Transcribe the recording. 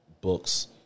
books